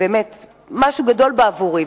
באמת משהו גדול בעבורי.